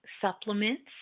supplements